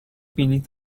بلیط